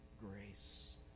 grace